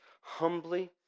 humbly